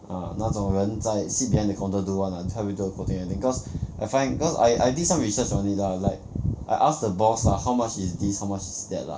ah 那种人在 sit behind the counter do [one] lah help you do the coating I think cause I find cause I I did some research on it lah like I ask the boss lah how much is this how much is that lah